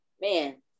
man